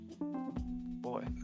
Boy